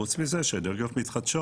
חוץ מזה שבאנרגיות מתחדשות